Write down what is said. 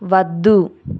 వద్దు